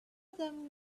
them